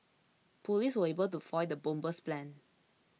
police were able to foil the bomber's plans